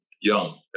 young